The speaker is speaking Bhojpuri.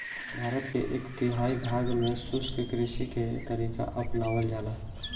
भारत के एक तिहाई भाग में शुष्क कृषि के तरीका अपनावल जाला